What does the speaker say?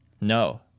No